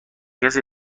کسی